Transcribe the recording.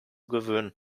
gewöhnen